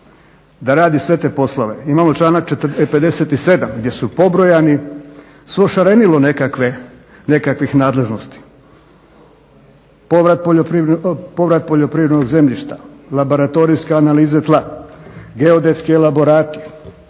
da radi sve te poslove? Imamo članak 57. gdje su pobrojani svo šarenilo nekakvih nadležnosti. Povrat poljoprivrednog zemljišta, laboratorijska analiza tla, geodetski elaborati